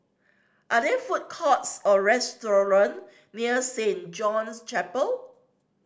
are there food courts or restaurant near Saint John's Chapel